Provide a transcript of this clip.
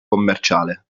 commerciale